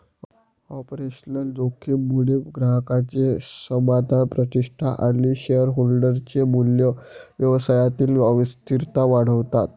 operational जोखीम मुळे ग्राहकांचे समाधान, प्रतिष्ठा आणि शेअरहोल्डर चे मूल्य, व्यवसायातील अस्थिरता वाढतात